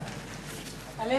119),